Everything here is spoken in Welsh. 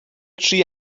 tri